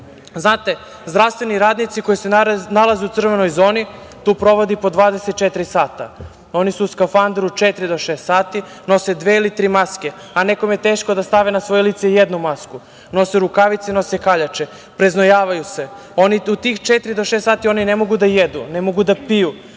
Znate, zdravstveni radnici koji se nalaze u crvenoj zoni, tu provode i po 24 sata. Oni su u skafanderu četiri do šest sati, nose dve ili tri maske, a nekome je teško da stavi na svoje lice jednu masku. Nose rukavice, nose kaljače, preznojavaju se. Oni u tih četiri do šest sati ne mogu da jednu, ne mogu da piju,